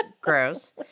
gross